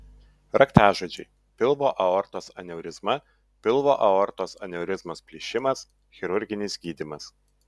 raktažodžiai pilvo aortos aneurizma pilvo aortos aneurizmos plyšimas chirurginis gydymas